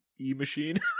E-machine